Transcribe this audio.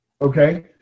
Okay